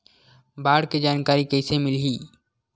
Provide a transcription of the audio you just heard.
बाढ़ के जानकारी कइसे मिलही?